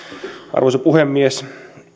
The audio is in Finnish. arvoisa puhemies